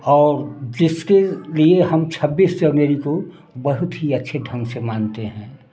और जिसके लिए हम छब्बीस जनवरी को बहुत ही अच्छे ढंग से मानते हैं